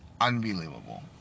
unbelievable